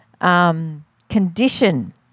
condition